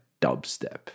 dubstep